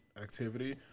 activity